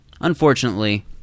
unfortunately